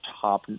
top